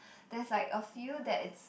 there's like a few that it's